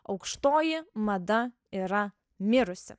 aukštoji mada yra mirusi